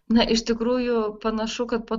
na iš tikrųjų panašu kad po